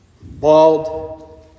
bald